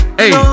hey